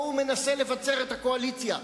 או שהוא מנסה לבצר את הקואליציה,